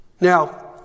Now